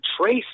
trace